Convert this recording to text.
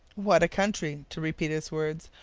what a country to repeat his words,